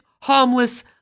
harmless